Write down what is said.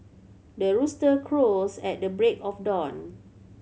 the rooster crows at the break of dawn